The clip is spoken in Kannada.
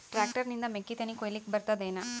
ಟ್ಟ್ರ್ಯಾಕ್ಟರ್ ನಿಂದ ಮೆಕ್ಕಿತೆನಿ ಕೊಯ್ಯಲಿಕ್ ಬರತದೆನ?